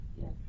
Yes